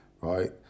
right